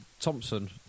Thompson